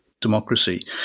democracy